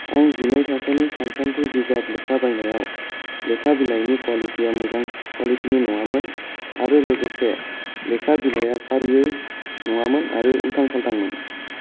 आं जिनै थाखोनि सानखान्थि बिजाब लेखा बायनायाव लेखा बिलाइनि कुवालिटिया मोजां कुवालिटिनि नङामोन आरो लोगोसे लेखा बिलाइया फारियै नङामोन आरो उल्टां पाल्टां मोन